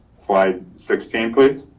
slide sixteen, please.